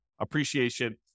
appreciation